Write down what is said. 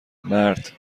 مرد